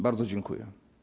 Bardzo dziękuję.